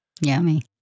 Yummy